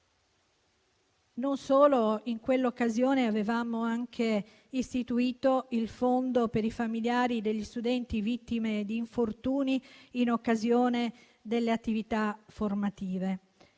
Non solo: in quell'occasione avevamo anche istituito il Fondo per i familiari degli studenti vittime di infortuni in occasione delle attività formative.